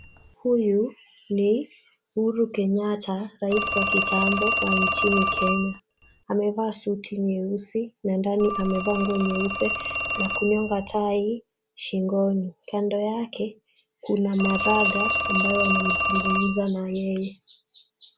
Huyu ni Uhuru Kenyatta, rais wa kitambo wa nchini Kenya. Amevaa suti nyeusi na ndani amevaa nguo nyeupe na kunyonga tai shingoni. Kando yake kuna Maraga ambayo wanazungumza naye.